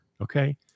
Okay